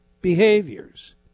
behaviors